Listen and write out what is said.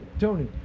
Tony